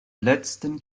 letzten